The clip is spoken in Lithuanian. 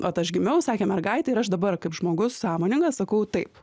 ot aš gimiau sakė mergaitė ir aš dabar kaip žmogus sąmoningas sakau taip